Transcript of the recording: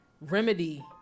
remedy